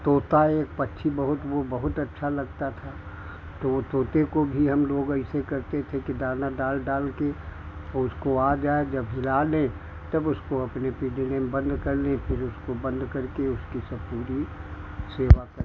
तोता एक पक्षी बहुत वह बहुत अच्छा लगता था तो उस तोते को भी हम लोग ऐसे करते थे कि दाना डाल डाल कर अ उसको आ जाए जब हिला ले तब उसको अपने पिंजड़े में बंद कर लें फिर उसको बंद करके उसकी सब पूरी सेवा करें